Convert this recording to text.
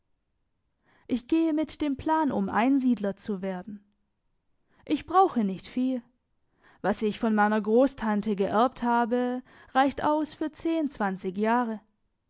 ich gehe mit dem plan um einsiedler zu werden ich brauche nicht viel was ich von meiner grosstante geerbt habe reicht aus für zehn zwanzig jahre